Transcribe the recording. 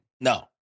No